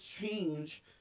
change